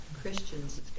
Christians